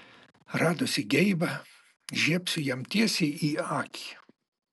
radusi geibą žiebsiu jam tiesiai į akį